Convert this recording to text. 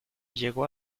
llegó